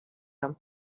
him